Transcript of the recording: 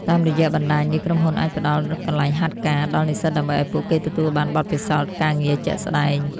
តាមរយៈបណ្តាញនេះ ក្រុមហ៊ុនអាចផ្តល់ កន្លែងហាត់ការ ដល់និស្សិតដើម្បីឱ្យពួកគេទទួលបានបទពិសោធន៍ការងារជាក់ស្តែង។